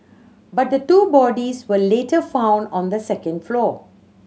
but the two bodies were later found on the second floor